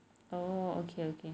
oh okay okay